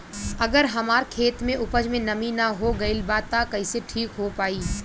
अगर हमार खेत में उपज में नमी न हो गइल बा त कइसे ठीक हो पाई?